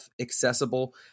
accessible